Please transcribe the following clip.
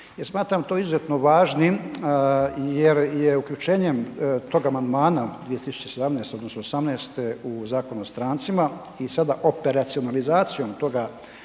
smatram to izuzetno važnim jer je uključenjem toga amandmana 2017. odnosno '18. u Zakon o strancima i sada operacionalizacijom toga